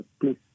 Please